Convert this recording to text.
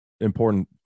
important